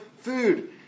food